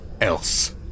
else